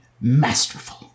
Masterful